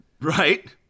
Right